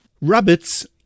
Rabbits